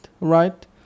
Right